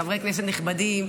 חברי כנסת נכבדים,